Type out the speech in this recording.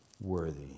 worthy